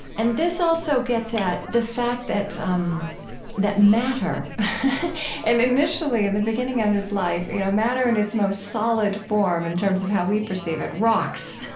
and this also gets at the fact that um that matter and initially in the beginning of his life, you know, matter in its most solid form in terms of how we perceive it, rocks,